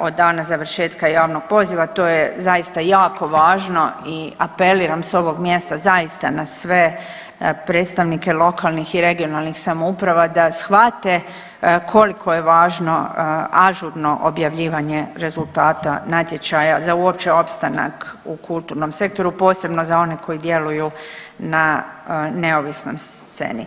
od dana završetka javnog poziva to je zaista jako važno i apeliram s ovog mjesta zaista na sve predstavnike lokalnih i regionalnih samouprava da shvate koliko je važno ažurno objavljivanje rezultata natječaja za uopće opstanak u kulturnom sektoru posebno za one koji djeluju na neovisnoj sceni.